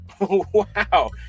wow